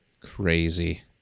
crazy